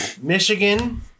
Michigan